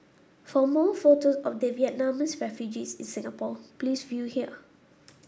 for more photos of the Vietnamese refugees in Singapore please view here